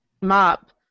Mop